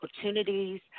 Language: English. opportunities